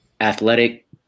athletic